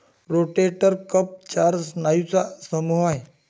rotator cuff चार स्नायूंचा समूह आहे